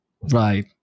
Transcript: right